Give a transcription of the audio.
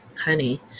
honey